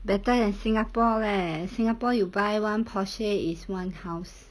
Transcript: better than singapore leh singapore you buy one Porsche is one house